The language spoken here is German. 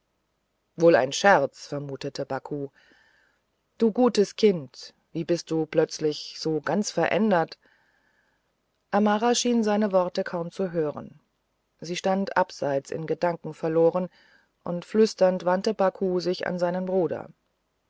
wohl ein scherz vermutete baku du gutes kind wie bist du plötzlich so ganz verändert amara schien seine worte kaum zu hören sie stand abseits in gedanken verloren und flüsternd wandte baku sich an seinen bruder